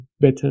better